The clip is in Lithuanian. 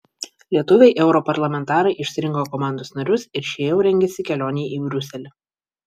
lietuviai europarlamentarai išsirinko komandos narius ir šie jau rengiasi kelionei į briuselį